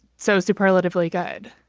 so superlatively good?